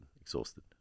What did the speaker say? exhausted